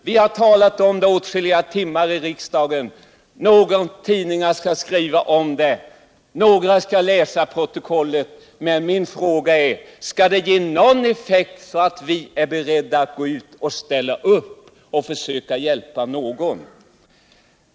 Vi har talat om detta åtskilliga timmar i riksdagen. Några tidningar skriver om det. Några läser protokollet. Men min fråga är: Skall detta ge någon effekt, så att vi är beredda att ställa upp och försöka hjälpa någon?